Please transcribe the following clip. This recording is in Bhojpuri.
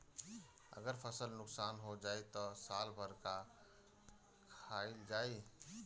अगर फसल नुकसान हो जाई त साल भर का खाईल जाई